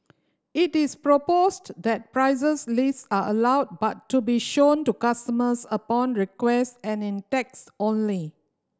it is proposed that prices lists are allowed but to be shown to customers upon request and in text only